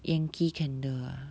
yankee candle ah